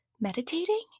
Meditating